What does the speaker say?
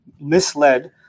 misled